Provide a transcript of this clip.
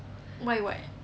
why what